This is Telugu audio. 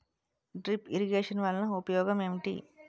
డ్రిప్ ఇరిగేషన్ వలన ఉపయోగం ఏంటి